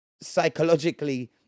psychologically